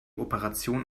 operation